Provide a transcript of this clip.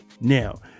Now